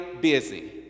busy